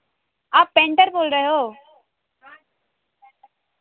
आप पेंटर बोल रहे हो